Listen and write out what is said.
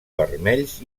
vermells